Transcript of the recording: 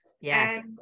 Yes